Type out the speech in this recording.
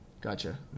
Gotcha